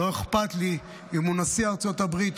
לא אכפת לי אם הוא נשיא ארצות הברית,